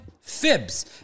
Fibs